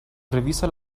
revisa